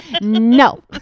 No